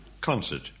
Concert